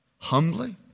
Humbly